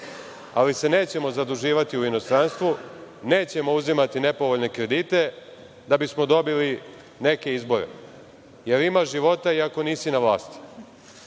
narod. Nećemo se zaduživati u inostranstvu, nećemo uzimati nepovoljne kredite da bi smo dobili neke izbore, jer ima života i ako nisi na vlasti,